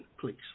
please